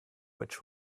which